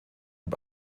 dem